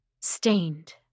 stained